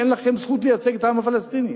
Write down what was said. אין לכם זכות לייצג את העם הפלסטיני.